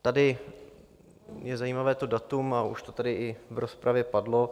Tady je zajímavé to datum a už to tady i v rozpravě padlo.